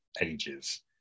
ages